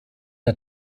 der